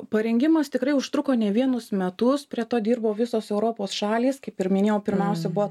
parengimas tikrai užtruko ne vienus metus prie to dirbo visos europos šalys kaip ir minėjau pirmiausia buvo